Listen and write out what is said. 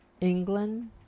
England